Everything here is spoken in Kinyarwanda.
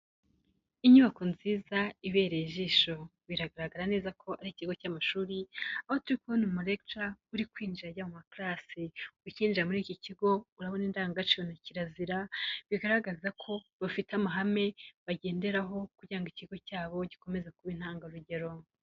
Inyubako nziza ibereye ijisho, biragaragara neza ko ari ikigo cy'amashuri, aho turi kubona umu lecturer uri kwinjira ajya muma class, ukinjira muri iki kigo urabona indangagaciro na kirazira bigaragaza ko bafite amahame bagenderaho, kugira ngo ikigo cyabo gikomeze kuba intangarugero.